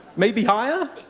maybe higher?